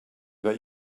that